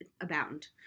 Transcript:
abound